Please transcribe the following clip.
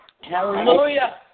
Hallelujah